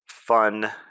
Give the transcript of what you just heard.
Fun